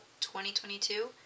2022